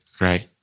right